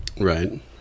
Right